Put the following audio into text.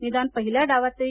निदान पहिल्या डावात तरी